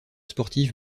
sportif